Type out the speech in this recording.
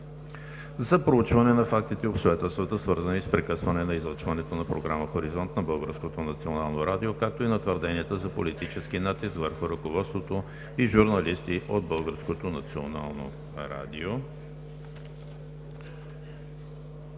за проучване на фактите и обстоятелствата, свързани с прекъсване на излъчването на програма „Хоризонт“ на Българското национално радио, както и на твърденията за политически натиск върху ръководството и журналисти от